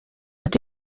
ati